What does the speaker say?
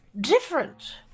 different